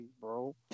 bro